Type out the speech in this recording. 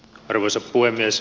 arvoisa puhemies